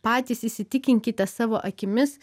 patys įsitikinkite savo akimis